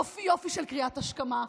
יופי של קריאת השכמה,